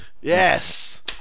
yes